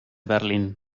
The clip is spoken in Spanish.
berlín